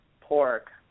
Pork